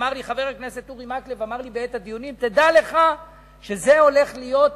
אמר לי חבר הכנסת אורי מקלב בעת הדיונים: תדע לך שזו הולכת להיות